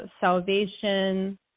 Salvation